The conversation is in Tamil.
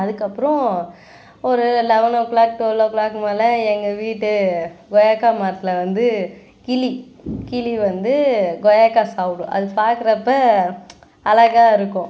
அதுக்கப்புறம் ஒரு eleven o'clock twelve o'clock மேலே எங்கள் வீட்டு கொய்யாக்காய் மரத்தில் வந்து கிளி கிளி வந்து கொய்யாக்காய் சாப்பிடும் அது பார்க்குறப்ப அழகா இருக்கும்